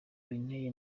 binteye